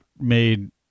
made